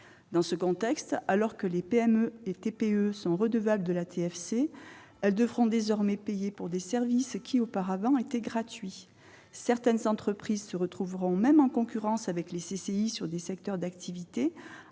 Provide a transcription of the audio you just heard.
Dans ce contexte, alors que les TPE et PME sont redevables de la TFC, elles devront désormais payer pour des services qui étaient auparavant gratuits. Certaines entreprises se retrouveront même en concurrence avec les CCI sur des secteurs d'activité,